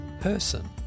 person